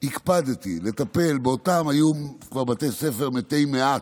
הקפדתי לטפל, היו כבר בתי ספר, מתי-מעט,